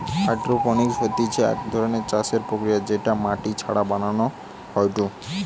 hydroponics হতিছে এক ধরণের চাষের প্রক্রিয়া যেটা মাটি ছাড়া বানানো হয়ঢু